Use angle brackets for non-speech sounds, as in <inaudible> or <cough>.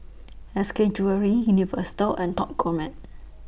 <noise> S K Jewellery Universal and Top Gourmet